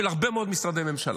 של הרבה מאוד משרדי ממשלה.